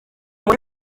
muri